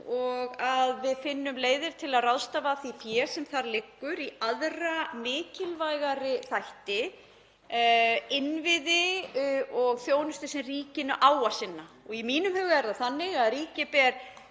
og að við finnum leiðir til að ráðstafa því fé sem þar liggur í aðra mikilvægari þætti, innviði og þjónustu sem ríkið á að sinna. Í mínum huga er það þannig að ríkið ber